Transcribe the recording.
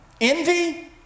Envy